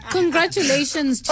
Congratulations